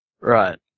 Right